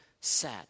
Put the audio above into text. sat